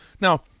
now –